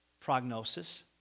prognosis